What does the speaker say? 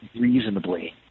reasonably